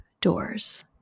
doors